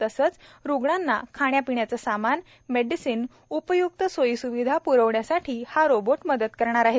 तसेच रुग्णांना खाण्यापिण्याचे सामान मेडिसिन उपय्क्त सोयीस्विधा प्रवण्यासाठी हा रोबोट मदत करणार आहे